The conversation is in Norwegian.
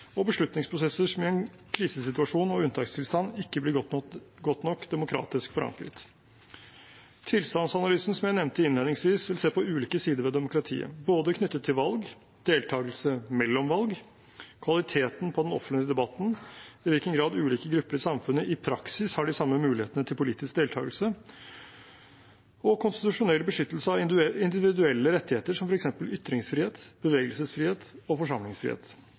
og beslutningsprosesser som i en krisesituasjon og unntakstilstand ikke blir godt nok demokratisk forankret. Tilstandsanalysen som jeg nevnte innledningsvis, vil se på ulike sider ved demokratiet, både knyttet til valg, deltakelse mellom valg, kvaliteten på den offentlige debatten, i hvilken grad ulike grupper i samfunnet i praksis har de samme mulighetene til politisk deltakelse, og konstitusjonell beskyttelse av individuelle rettigheter som f.eks. ytringsfrihet, bevegelsesfrihet og forsamlingsfrihet.